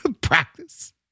practice